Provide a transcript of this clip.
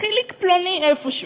חיליק פלוני איפשהו,